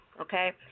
okay